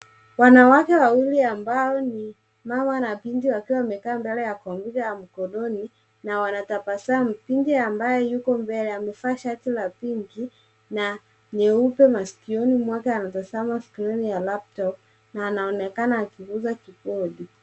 Wanawake wawili ambao ni mama na binti, wakiwa wamekaa mbele ya kompyuta ya mkononi na wanatabasamu. Binti ambaye yuko mbele amevaa shati la pinki na nyeupe masikioni mwake, anatazama skrini ya laptop na anaonekana akiguza kibodi.